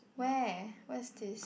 where where is this